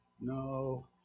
No